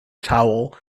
towel